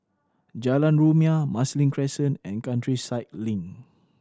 Jalan Rumia Marsiling Crescent and Countryside Link